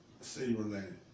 City-related